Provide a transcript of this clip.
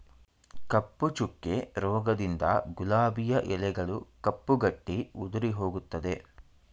ಕಪ್ಪು ಚುಕ್ಕೆ ರೋಗದಿಂದ ಗುಲಾಬಿಯ ಎಲೆಗಳು ಕಪ್ಪು ಗಟ್ಟಿ ಉದುರಿಹೋಗುತ್ತದೆ